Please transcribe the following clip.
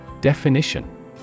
Definition